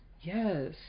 Yes